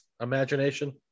imagination